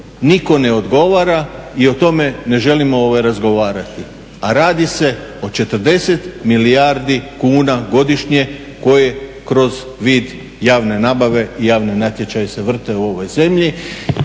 nitko ne odgovara i o tome ne želimo razgovarati. A radi se o 40 milijardi kuna godišnje koje kroz vid javne nabave i javne natječaje se vrte u ovoj zemlji.